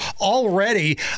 already